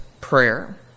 prayer